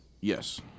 Yes